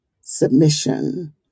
submission